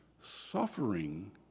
suffering